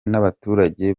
n’abaturage